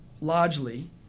largely